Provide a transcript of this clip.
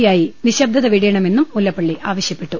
I നിശ്ശബ്ദത വെടിയണമെന്നും Mullappally ആവശ്യപ്പെട്ടു